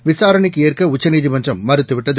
விசாரணைக்கு ஏற்க உச்சநீதிமன்றம் மறுத்துவிட்டது